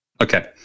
Okay